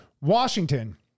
washington